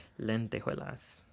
Lentejuelas